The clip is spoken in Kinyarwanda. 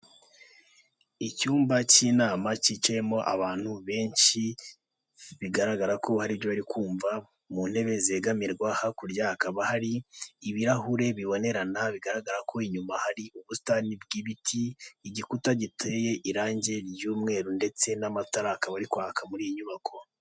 Icyumba cy'inama cyicayemo abantu benshi bigaragara ko aribyo bari kumva, mu ntebe zegamirwa hakurya hakaba hari ibirahure bibonerana bigaragara ko inyuma hari ubusitani bw'ibiti, igikuta giteye irangi ry'umweru ndetse n'amatara akaba arikwaka muri iyi nyubako.